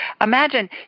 imagine